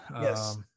Yes